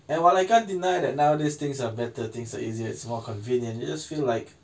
and while I can't deny that nowadays things are better things are easier it's more convenient you just feel like